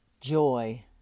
joy